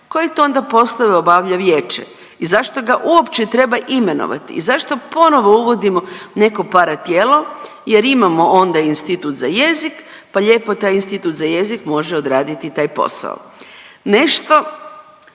koje to onda poslove obavlja vijeće i zašto ga uopće treba imenovati i zašto ponovo uvodimo neko paratijelo jer imamo onda Institut za jezik pa lijepo taj Institut za jezik može odraditi taj posao. Nešto